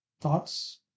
Thoughts